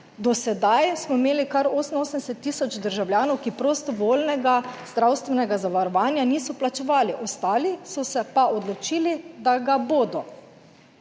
Do sedaj smo imeli kar 88 tisoč državljanov, ki prostovoljnega zdravstvenega zavarovanja niso plačevali, ostali so se pa odločili, da ga bodo.